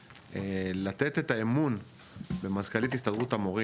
לתת את האמון במזכ"לית הסתדרות המורים,